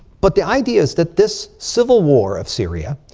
but the idea is that this civil war of syria.